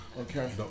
Okay